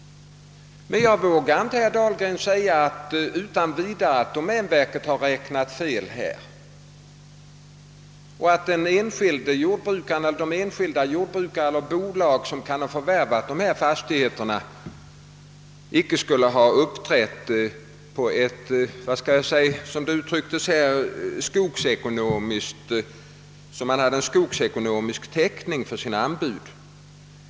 Jag vågar inte, herr Dahlgren, utan vidare påstå att domänverket har räknat fel vid dessa tillfällen och att. de enskilda jordbrukare eller bolag som kan ha förvärvat dessa fastigheter icke skulle ha uppträtt så — som herr Dahlgren uttryckte det — att de hade skogsekonomisk täckning för sina anbud.